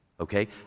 Okay